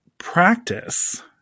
Practice